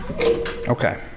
Okay